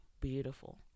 beautiful